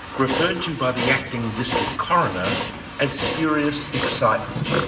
referred to by the acting district coroner as spurious excitement.